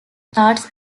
charts